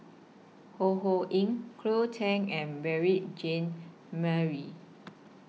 Ho Ho Ying Cleo Thang and Jean Marie